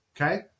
okay